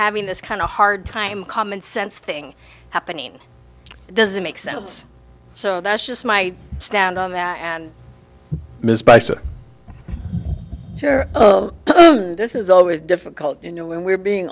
having this kind of a hard time common sense thing happening it doesn't make sense so that's just my stand on that mispricing sure this is always difficult you know when we're being